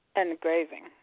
engraving